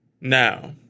Now